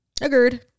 Agreed